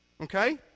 okay